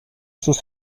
sus